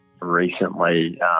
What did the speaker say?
recently